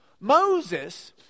Moses